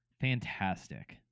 fantastic